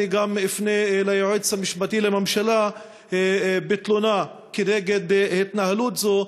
אני גם אפנה ליועץ המשפטי לממשלה בתלונה כנגד התנהלות זו.